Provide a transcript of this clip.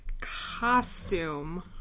costume